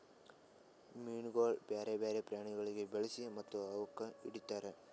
ಮೀನುಗೊಳ್ ಬ್ಯಾರೆ ಬ್ಯಾರೆ ಪ್ರಾಣಿಗೊಳಿಗ್ ಬಳಸಿ ಮತ್ತ ಅವುಕ್ ಹಿಡಿತಾರ್